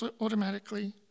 automatically